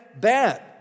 bad